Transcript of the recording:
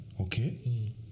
Okay